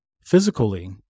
Physically